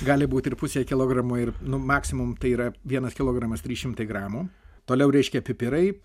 gali būt ir pusė kilogramo ir nu maksimum tai yra vienas kilogramas trys šimtai gramų toliau reiškia pipirai